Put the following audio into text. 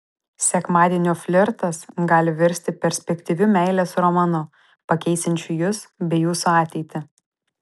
sekmadienio flirtas gali virsti perspektyviu meilės romanu pakeisiančiu jus bei jūsų ateitį